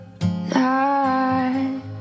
night